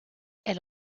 elle